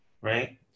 right